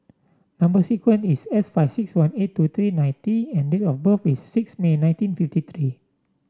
number sequence is S five six one eight two three nine T and date of birth is six May nineteen fifty three